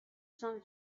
some